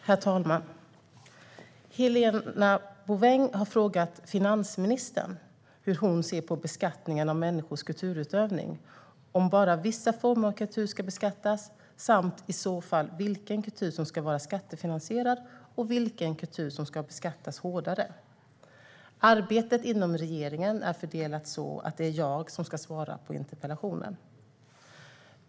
Herr talman! Helena Bouveng har frågat finansministern hur hon ser på beskattningen av människors kulturutövning, om bara vissa former av kultur ska beskattas samt i så fall vilken kultur som ska vara skattefinansierad och vilken kultur som ska beskattas hårdare. Arbetet inom regeringen är så fördelat att det är jag som ska svara på interpellationen.